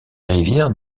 rivières